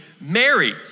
Mary